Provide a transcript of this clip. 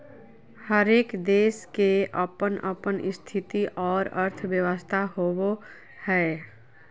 हरेक देश के अपन अपन स्थिति और अर्थव्यवस्था होवो हय